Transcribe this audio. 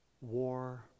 War